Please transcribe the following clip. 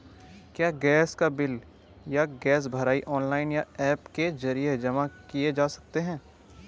क्या गैस का बिल या गैस भराई ऑनलाइन या ऐप के जरिये जमा किये जा सकते हैं?